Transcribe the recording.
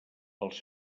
pels